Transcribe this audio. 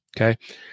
okay